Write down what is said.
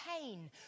pain